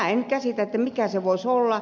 minä en käsitä mikä se voisi olla